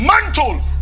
Mantle